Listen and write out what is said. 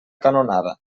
canonada